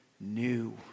new